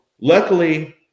luckily